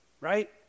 right